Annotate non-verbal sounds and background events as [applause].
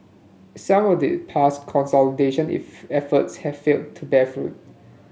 some of the past consolidation [unintelligible] efforts have failed to bear fruit